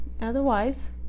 otherwise